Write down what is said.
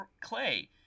clay